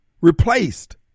replaced